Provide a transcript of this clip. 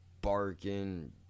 barking